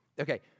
Okay